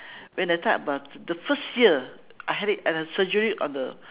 when that time was the first year I had it a surgery on the